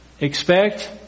expect